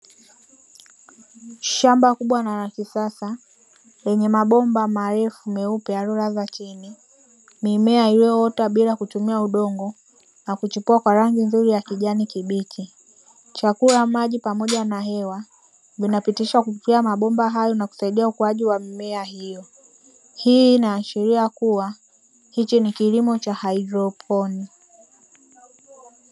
Shamba kubwa na la kisasa; lenye mabomba marefu meupe yaliyolazwa chini, mimea iliyoota bila kutumia udongo na kuchipua kwa rangi nzuri ya kijani kibichi. Chakula, maji pamoja na hewa vinapitishwa kupitia mabomba hayo na kusaidia ukuaji wa mimea hiyo. Hii inaashiria kuwa hichi ni kilimo cha haidroponi.